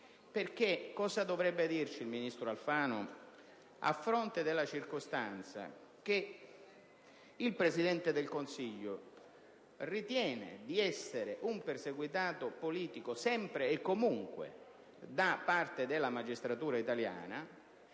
cosa dovrebbe dirci il Ministro della giustizia a fronte del fatto che il Presidente del Consiglio ritiene di essere un perseguitato politico sempre e comunque da parte della magistratura italiana?